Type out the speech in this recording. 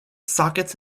sockets